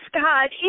God